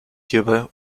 hierbei